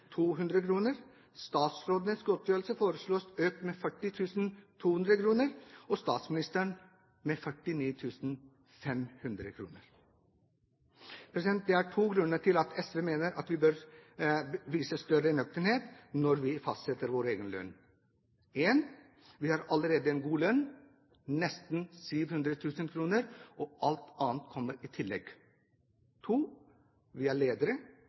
200 kr. Statsrådenes godtgjørelse foreslås økt med 40 200 kr og statsministerens med 49 500 kr. Det er to grunner til at SV mener at vi bør vise større nøkternhet når vi fastsetter vår egen lønn. Den ene er at vi allerede har en god lønn på nesten 700 000 kr, og alt annet kommer i tillegg. Den andre er at vi er ledere